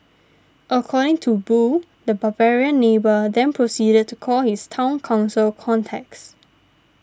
according to Boo the 'barbarian neighbour' then proceeded to call his Town Council contacts